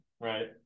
right